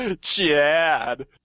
Chad